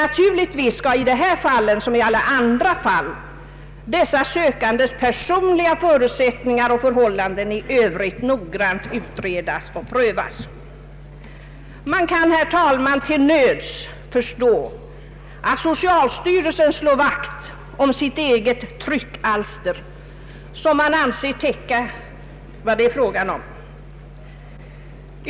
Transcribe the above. Naturligtvis skall i dessa som i alla andra fall de sökandes personliga förutsättningar och förhållanden noggrant prövas och utredas. Man kan, herr talman, till nöds förstå att socialstyrelsen slår vakt om sitt eget tryckalster, som den anser täcka vad det är fråga om.